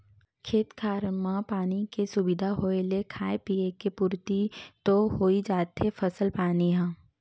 खेत खार म पानी के सुबिधा होय ले खाय पींए के पुरति तो होइ जाथे फसल पानी ह